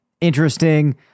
interesting